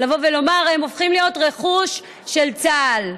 שבא ואומר: הם הופכים להיות רכוש של צה"ל.